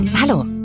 Hallo